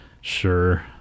Sure